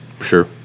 sure